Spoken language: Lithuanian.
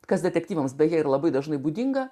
kas detektyvams beje ir labai dažnai būdinga